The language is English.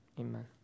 amen